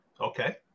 Okay